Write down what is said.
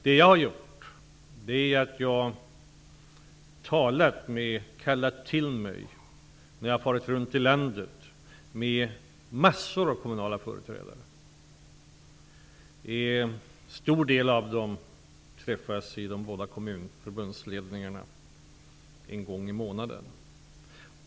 Det jag har gjort är att jag när jag har farit runt i landet har kallat till mig och talat med mängder av kommunala företrädare. En stor del av dem träffas hos de båda kommunförbundsledningarna en gång i månaden.